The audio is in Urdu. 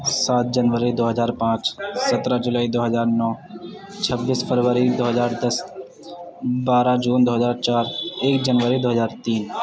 سات جنوری دو ہزار پانچ سترہ جولائی دو ہزار نو چھبیس فروری دو ہزار دس بارہ جون دو ہزار چار ایک جنوری دو ہزار تین